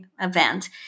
event